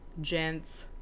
gents